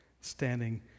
standing